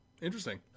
interesting